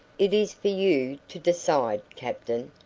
it is for you to decide, captain,